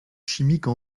chimiques